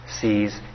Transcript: sees